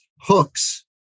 hooks